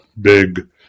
big